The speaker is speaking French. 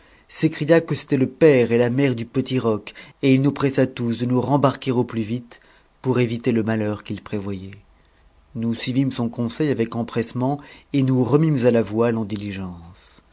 s'écria que c'étaient le père et la mère du petit roc et il nous pressa tous de nous rembarquer au plus vite pour éviter le malheur qu'il prévoyait nous suivîmes son conseil avec empressement o nous remîmes à la voile eu diligence